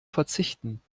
verzichten